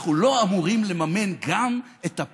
אנחנו מממנים את המשכנתאות שלנו.